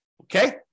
okay